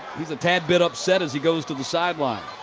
he's a tad bit up set as he goes to the sideline.